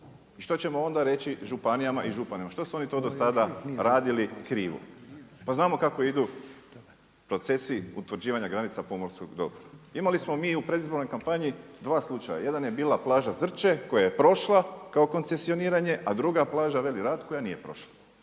I što ćemo onda reći županijama i županima, što su oni to do sada radili krivo? Pa znamo kako idu procesi utvrđivanja granica pomorskog dobra. Imali smo mi u predizbornoj kampanji 2 slučajeva. Jedan bila plaža Zrče, koja je prošla kao koncesioniranje, a druga plaža Veli Rat, koja nije prošla.